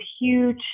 huge